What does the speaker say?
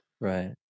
Right